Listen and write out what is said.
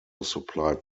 supplied